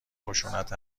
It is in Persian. خشونت